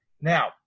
Now